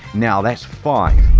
now, that's five.